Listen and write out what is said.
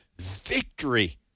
victory